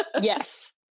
Yes